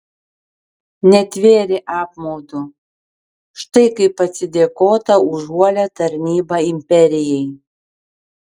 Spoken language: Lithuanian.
netvėrė apmaudu štai kaip atsidėkota už uolią tarnybą imperijai